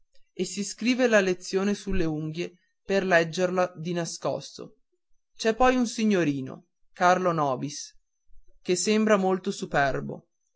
e si scrive la lezione sulle unghie per leggerla di nascosto c'è poi un signorino carlo nobis che sembra molto superbo